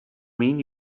mean